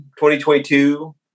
2022